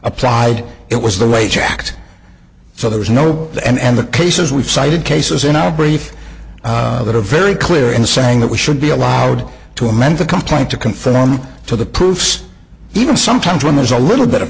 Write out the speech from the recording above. applied it was the way to act so there was no the and the cases we've cited cases in our brain that are very clear in saying that we should be allowed to amend the complaint to conform to the proofs even sometimes when there's a little bit of